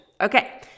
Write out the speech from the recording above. Okay